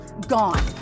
gone